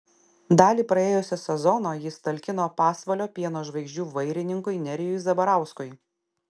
dalį praėjusio sezono jis talkino pasvalio pieno žvaigždžių vairininkui nerijui zabarauskui